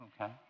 okay